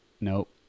Nope